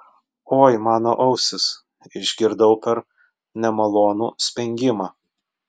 oi mano ausys išgirdau per nemalonų spengimą